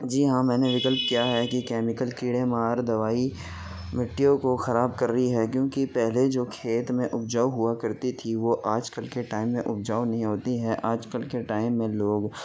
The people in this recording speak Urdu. جی ہاں میں نے وکلپ کیا ہے کہ کیمیکل کیڑے مار دوائی مٹیوں کو خراب کر رہی ہے کیونکہ پہلے جو کھیت میں اپجاؤ ہوا کرتی تھی وہ آج کل کے ٹائم میں اپجاؤ نہیں ہوتی ہیں آج کل کے ٹائم میں لوگ